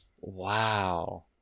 Wow